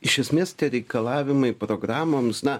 iš esmės tie reikalavimai programoms na